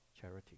charity